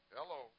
Hello